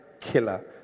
killer